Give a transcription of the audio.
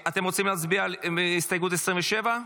אתם רוצים להצביע על הסתייגות 27?